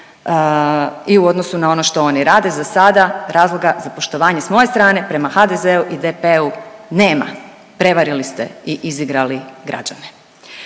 i u odnosu na ono što oni rade. Za sada razloga za poštovanje s moje strane prema HDZ-u i DP-u nema. Prevarili ste i izigrali građane.